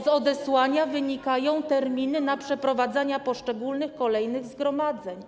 Z odesłania wynikają terminy przeprowadzania poszczególnych, kolejnych zgromadzeń.